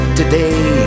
today